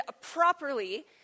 properly